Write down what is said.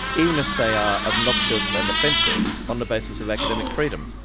even if they are obnoxious and offensive, on the basis of academic freedom.